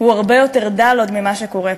הוא הרבה יותר דל עוד ממה שקורה פה.